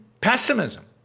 pessimism